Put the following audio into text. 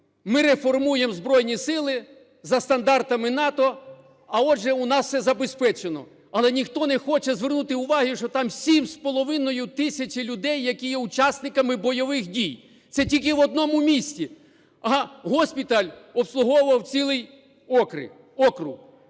Ми реформуємо Збройні Сили за стандартами НАТО, а, отже, у нас все забезпечено. Але ніхто не хоче звернути уваги, що там 7,5 тисяч людей, які є учасниками бойових дій. Це тільки в одному місті, госпіталь обслуговував цілий округ.